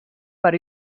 per